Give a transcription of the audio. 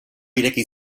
ireki